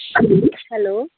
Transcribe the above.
hello